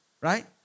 Right